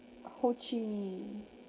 ho chi minh